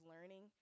learning